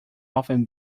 often